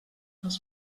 els